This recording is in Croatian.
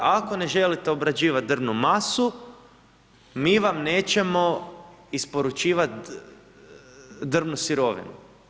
Ako ne želite obrađivati drvnu masu, mi vam nećemo isporučivati drvnu sirovinu.